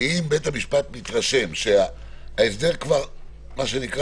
שאם בית המשפט מתרשם שההסדר כבר בפתח,